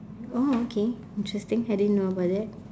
oh okay interesting I didn't know about that